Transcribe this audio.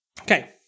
Okay